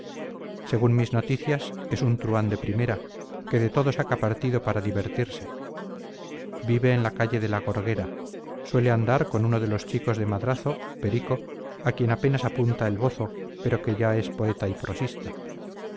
según mis noticias es un truhán de primera que de todo saca partido para divertirse vive en la calle de la gorguera suele andar con uno de los chicos de madrazo perico a quien apenas apunta el bozo pero que ya es poeta y prosista